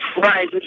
Right